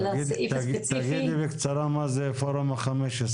תגידי בקצרה מה זה פורום ה-15,